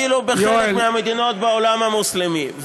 קיימים אפילו בחלק מהמדינות בעולם המוסלמי.